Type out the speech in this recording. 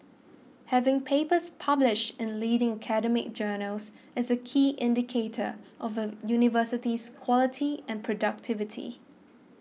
having papers published in leading academic journals is a key indicator of a university's quality and productivity